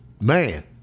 Man